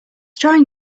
trying